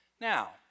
Now